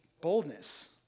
boldness